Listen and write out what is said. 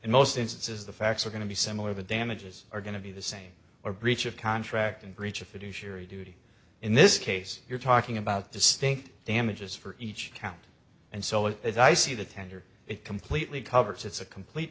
in most instances the facts are going to be similar the damages are going to be the same or breach of contract and breach of fiduciary duty in this case you're talking about distinct damages for each count and so if i see the tender it completely covers it's a complete